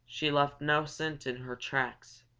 she left no scent in her tracks.